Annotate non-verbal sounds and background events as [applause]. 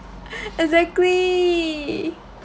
[breath] exactly